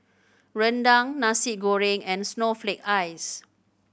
rendang Nasi Goreng and snowflake ice